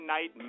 Night